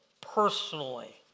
personally